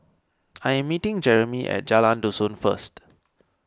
I am meeting Jeremie at Jalan Dusun first